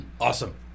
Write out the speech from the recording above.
Awesome